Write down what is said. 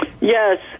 Yes